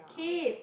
kids